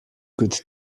could